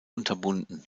unterbunden